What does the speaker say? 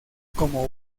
como